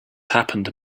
happened